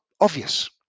obvious